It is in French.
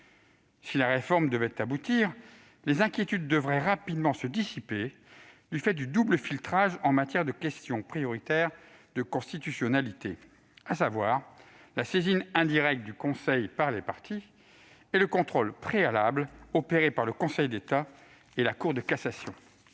Si la réforme devait aboutir, les inquiétudes devraient rapidement se dissiper, du fait du double filtrage en matière de question prioritaire de constitutionnalité, ou QPC, à savoir la saisine indirecte du Conseil constitutionnel par les parties et le contrôle préalable opéré par le Conseil d'État et la Cour de cassation.